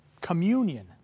communion